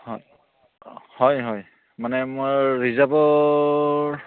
হয় হয় হয় মানে মই ৰিজাৰ্ভৰ